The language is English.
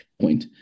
point